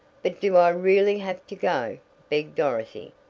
but do i really have to go? begged dorothy.